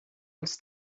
els